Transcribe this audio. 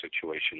situation